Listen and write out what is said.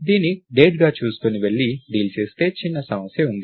దీన్ని డేట్ గా చూసుకుని వెళ్లి డీల్ చేస్తే చిన్న సమస్య ఉంది